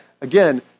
again